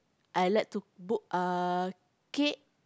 I like to cook uh cake